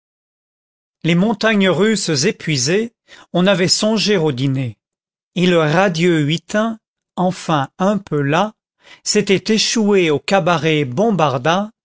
les montagnes russes épuisées on avait songé au dîner et le radieux huitain enfin un peu las s'était échoué au cabaret bombarda